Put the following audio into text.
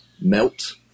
melt